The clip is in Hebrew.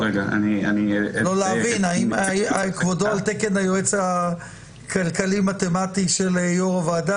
אני רוצה לדעת האם כבודו על תקן היועץ הכלכלי-מתמטי של יו"ר הוועדה?